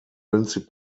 west